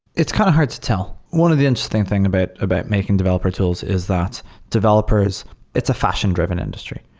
it's kind of hard to tell. one of the interesting thing about about making developer tools is that developers it's a fashion-driven industry.